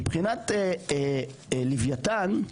מבחינת לווייתן,